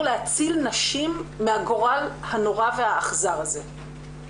להציל נשים מהגורל הנורא והאכזר הזה.